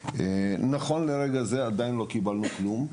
נכון לרגע זה עדיין לא קיבלנו כלום,